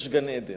יש גן-עדן.